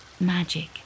magic